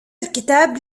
الكتاب